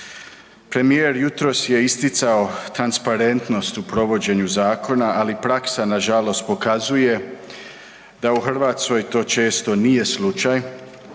Premijer jutros je isticao transparentnost u provođenju zakona, ali praksa nažalost pokazuje da u Hrvatskoj to često nije slučaj.